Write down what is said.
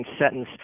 sentence